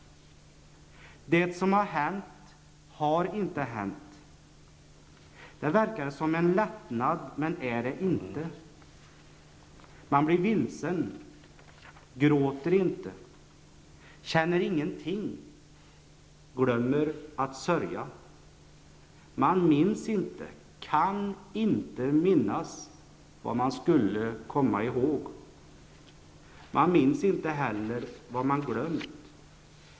Det som har hänt har inte hänt. Det verkar som en lättnad men är det inte. Man blir vilsen, gråter inte, känner ingenting, glömmer att sörja. Man minns inte, kan inte minnas, vad man skulle komma ihåg. Man minns inte heller vad man glömt.